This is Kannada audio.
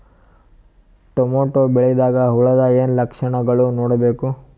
ಟೊಮೇಟೊ ಬೆಳಿದಾಗ್ ಹುಳದ ಏನ್ ಲಕ್ಷಣಗಳು ನೋಡ್ಬೇಕು?